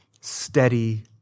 steady